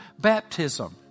baptism